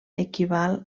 equival